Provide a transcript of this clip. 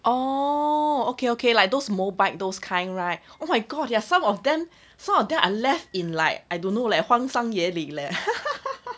orh okay okay like those mobike those kind right oh my god yes some of them so that are left in like I don't know leh 荒山野岭 leh